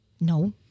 No